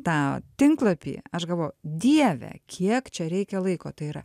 tą tinklapį aš galvoju dieve kiek čia reikia laiko tai yra